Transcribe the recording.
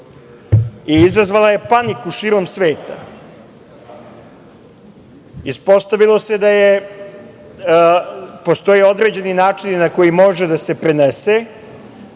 i izazvala je paniku širom sveta. Ispostavilo se da postoje određeni načini na koje može da se prenese,